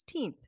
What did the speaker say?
16th